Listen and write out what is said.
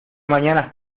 mañanas